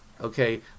okay